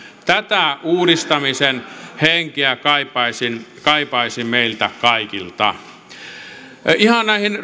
tätä uudistamisen henkeä kaipaisin kaipaisin meiltä kaikilta ihan näihin